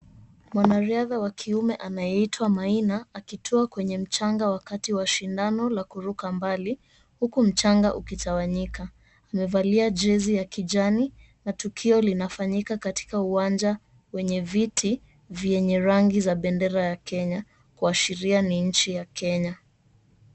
Mwanariadha wa kiume anayeitwa Maina akitua kwenye mchanga wakati wa shindano la kuruka mbali huku mchanga ukitawanyika. Amevalia jezi ya kijani na tukio linafanyika katika uwanja wenye viti vyenye rangi za bendera ya Kenya kuashiria kuwa ni nchi ya Kenya.